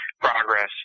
progress